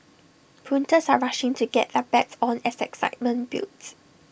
punters are rushing to get their bets on as excitement builds